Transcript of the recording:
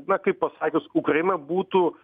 na kaip pasakius ukraina būtų